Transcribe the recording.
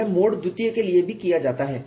यह mode II के लिए भी किया जाता है